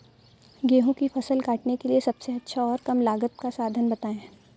गेहूँ की फसल काटने के लिए सबसे अच्छा और कम लागत का साधन बताएं?